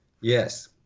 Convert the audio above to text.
Yes